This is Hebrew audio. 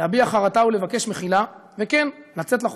להביע חרטה ולבקש מחילה, וכן, לצאת לחופשי.